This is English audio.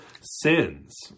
sins